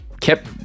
kept